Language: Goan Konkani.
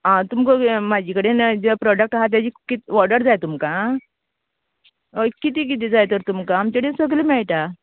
आं तुमका म्हाजे कडेन जे प्रोडाक्ट आहा तेजी कितें वॉर्डर जाय तुमकां हय कितें कितें जाय तर तुमका आमचें कडेन सगलें मेळटा